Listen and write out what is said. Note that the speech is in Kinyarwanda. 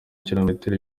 kilometero